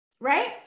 right